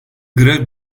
grev